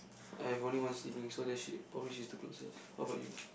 I've only one sibling so that she always she's the closest how about you